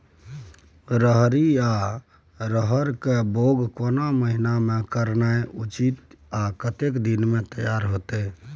रहरि या रहर के बौग केना महीना में करनाई उचित आ कतेक दिन में तैयार होतय?